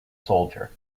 soldier